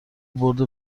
برد